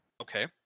okay